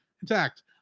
Intact